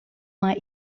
maar